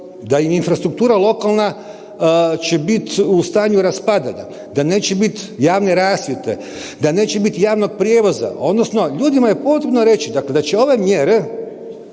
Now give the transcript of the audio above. im infrastruktura lokalna će biti u stanju raspadanja, da neće biti javne rasvjete, da neće biti javnog prijevoza, odnosno ljudima je potrebno reći, dakle da će ove mjere